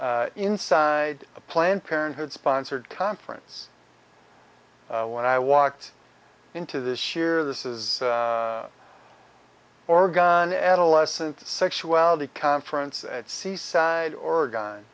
inside a planned parenthood sponsored conference when i walked into this year this is oregon adolescent sexuality conference at seaside oregon